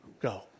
go